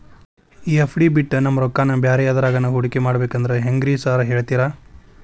ಈ ಎಫ್.ಡಿ ಬಿಟ್ ನಮ್ ರೊಕ್ಕನಾ ಬ್ಯಾರೆ ಎದ್ರಾಗಾನ ಹೂಡಿಕೆ ಮಾಡಬೇಕಂದ್ರೆ ಹೆಂಗ್ರಿ ಸಾರ್ ಹೇಳ್ತೇರಾ?